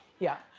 yeah.